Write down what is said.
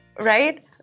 Right